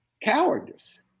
cowardice